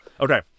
Okay